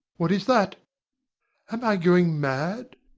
what is that? am i going mad?